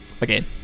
again